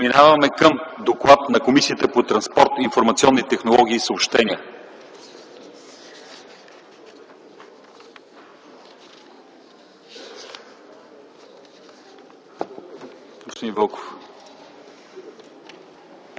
Преминаваме към доклад на Комисията по транспорт, информационни технологии и съобщения.